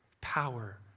power